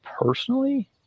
personally